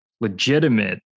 legitimate